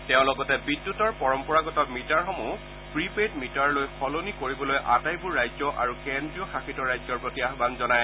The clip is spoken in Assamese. তেওঁ লগতে বিদ্যুতৰ পৰম্পৰাগত মিটাৰসমূহ প্ৰী পেইড মিটাৰলৈ সলনি কৰিবলৈ আটাইবোৰ ৰাজ্য আৰু কেন্দ্ৰীয় শাসিত ৰাজ্যৰ প্ৰতি আয়ান জনায়